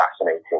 fascinating